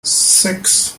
six